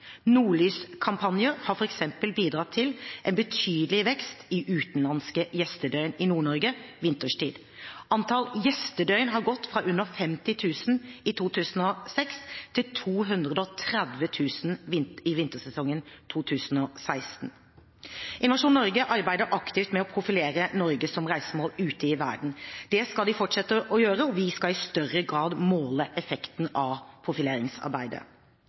Nordlyskampanjer har f.eks. bidratt til en betydelig vekst i utenlandske gjestedøgn i Nord-Norge vinterstid. Antall gjestedøgn har gått fra under 50 000 i 2006 til 230 000 i vintersesongen 2016. Innovasjon Norge arbeider aktivt med å profilere Norge som reisemål ute i verden. Dette skal de fortsette å gjøre, og vi skal i større grad måle effekten av profileringsarbeidet.